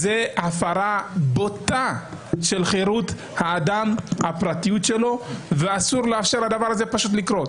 זאת הפרה בוטה של חירות האדם והפרטיות שלו ואסור לאפשר לדבר הזה לקרות.